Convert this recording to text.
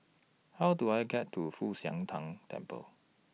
How Do I get to Fu Xi Tang Temple